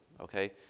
okay